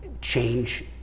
change